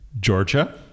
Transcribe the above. Georgia